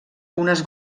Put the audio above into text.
unes